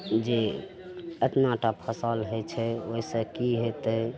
जे एतनाटा फसिल होइ छै ओहिसे कि हेतै